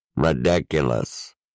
Ridiculous